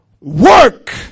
work